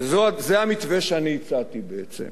וזה המתווה שאני הצעתי בעצם,